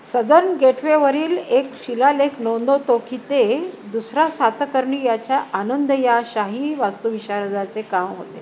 southern गेटवेवरील एक शिलालेख नोंदवतो की ते दुसरा सातकर्णी याच्या आनंद या शाही वास्तुविशारदाचे काम होते